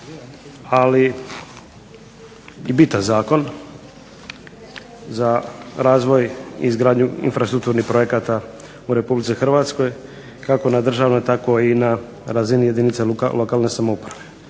Ali i bitan zakon za razvoj i izgradnju infrastrukturnih projekata u Republici Hrvatskoj, kao na državnoj tako i na razini jedinica lokalne samouprave.